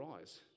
eyes